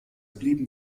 blieben